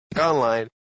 online